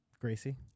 Gracie